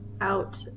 out